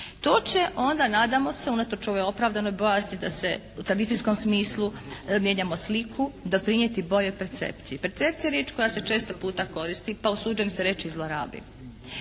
To će onda nadamo se, unatoč ovoj opravdanoj bojazni da se u tradicijskom smislu mijenjamo sliku, doprinijeti boljoj percepciji. Percepcija je riječ koja se često puta koristi, pa usuđujem se reći i zlorabi.